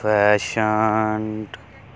fashioned